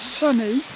sunny